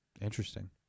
Interesting